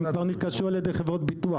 הן כבר נרכשו על ידי חברות ביטוח,